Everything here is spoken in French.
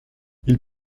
ils